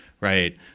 right